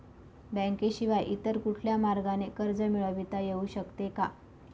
बँकेशिवाय इतर कुठल्या मार्गाने कर्ज मिळविता येऊ शकते का?